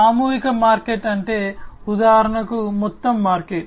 సామూహిక మార్కెట్ అంటే ఉదాహరణకు మొత్తం మార్కెట్